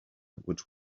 which